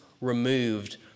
removed